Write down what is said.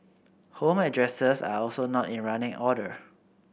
home addresses are also not in running order